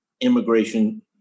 immigration